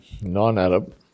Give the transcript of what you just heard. non-Arab